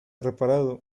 reparado